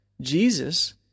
Jesus